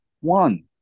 One